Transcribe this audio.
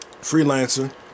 Freelancer